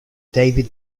david